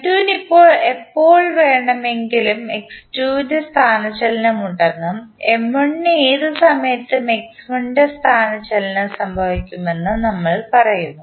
M2 ന് എപ്പോൾ വേണമെങ്കിലും x2 ൻറെ സ്ഥാനചലനം ഉണ്ടെന്നും M1 ന് ഏത് സമയത്തും x1 ൻറെ സ്ഥാനചലനം സംഭവിക്കുമെന്നും നമ്മൾ പറയുന്നു